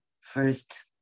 first